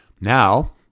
Now